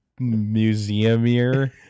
Museumier